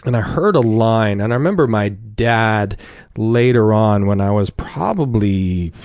and i heard a line, and i remember my dad later on when i was probably